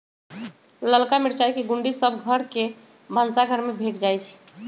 ललका मिरचाई के गुण्डी सभ घर के भनसाघर में भेंट जाइ छइ